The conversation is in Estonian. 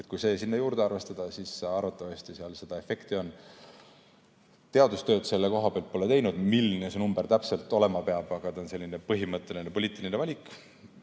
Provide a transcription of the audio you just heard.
Kui see sinna juurde arvestada, siis arvatavasti seal seda efekti on. Teadustööd selle kohta pole teinud, milline see summa täpselt olema peab, aga see on selline põhimõtteline poliitiline valik.